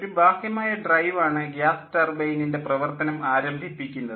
ഒരു ബാഹ്യമായ ഡ്രൈവ് ആണ് ഗ്യാസ് ടർബൈനിൻ്റെ പ്രവർത്തനം ആരംഭിപ്പിക്കുന്നത്